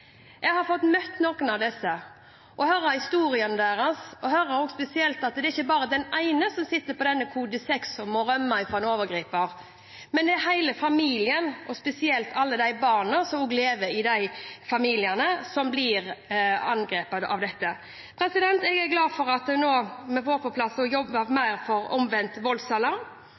Jeg har fått møte noen av disse og hørt historiene deres – også at det ikke er bare denne ene som sitter på kode 6, som må rømme fra en overgriper, men hele familien, spesielt alle de barna som lever i de familiene som blir angrepet. Jeg er glad for at vi nå får på plass og jobber mer for omvendt voldsalarm,